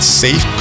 safe